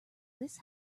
this